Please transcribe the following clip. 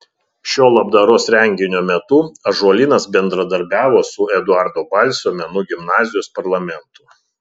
šio labdaros renginio metu ąžuolynas bendradarbiavo su eduardo balsio menų gimnazijos parlamentu